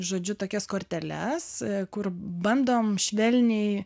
žodžiu tokias korteles kur bandom švelniai